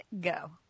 go